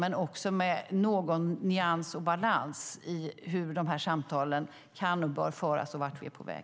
Men det behövs någon nyans och balans i hur samtalen kan och bör föras om vart vi på väg.